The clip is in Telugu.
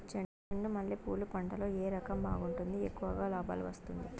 చెండు మల్లె పూలు పంట లో ఏ రకం బాగుంటుంది, ఎక్కువగా లాభాలు వస్తుంది?